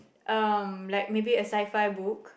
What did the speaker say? um like maybe a sci fi book